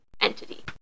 entity